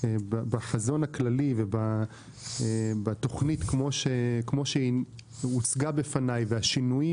בחזון הכללי ובתוכנית כמו שהיא הוצגה בפניי והשינויים